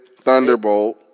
Thunderbolt